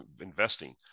investing